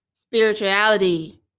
spirituality